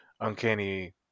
Uncanny